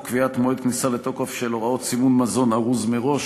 קביעת מועד כניסה לתוקף של הוראות סימון מזון ארוז מראש,